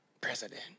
president